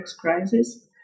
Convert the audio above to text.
crisis